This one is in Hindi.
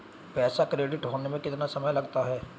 पैसा क्रेडिट होने में कितना समय लगता है?